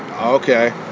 okay